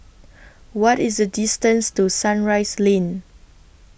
What IS The distance to Sunrise Lane